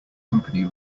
company